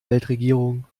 weltregierung